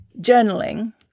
journaling